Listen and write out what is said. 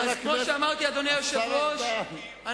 אדוני היושב-ראש,